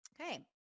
Okay